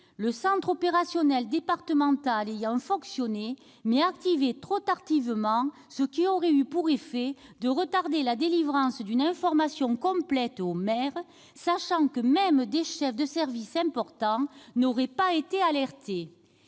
Le centre opérationnel départemental a fonctionné, mais il a été activé trop tardivement. Cela aurait eu pour effet de retarder la délivrance d'une information complète aux maires, sachant que même les chefs de service importants n'auraient pas été alertés.